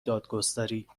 دادگستری